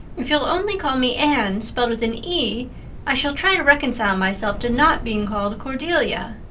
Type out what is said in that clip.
if you'll only call me anne spelled with an e i shall try to reconcile myself to not being called cordelia.